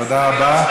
תודה רבה.